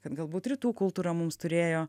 kad galbūt rytų kultūra mums turėjo